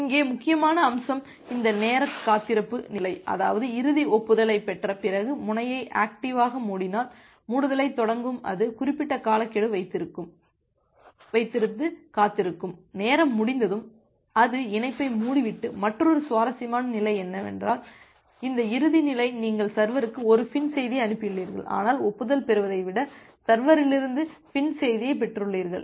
இங்கே முக்கியமான அம்சம் இந்த நேர காத்திருப்பு நிலை அதாவது இறுதி ஒப்புதலைப் பெற்ற பிறகு முனையை ஆக்டிவ் மூடினால் மூடுதலைத் தொடங்கும்அது குறிப்பிட்ட காலக்கெடு காலத்திற்கு காத்திருக்கும் நேரம் முடிந்ததும் அது இணைப்பை மூடிவிடும் மற்றொரு சுவாரஸ்யமான நிலை என்னவென்றால் இந்த இறுதி நிலை நீங்கள் சர்வருக்கு ஒரு FIN செய்தியை அனுப்பியுள்ளீர்கள் ஆனால் ஒப்புதல் பெறுவதை விட சர்வரிலிருந்து FIN செய்தியைப் பெற்றுள்ளீர்கள்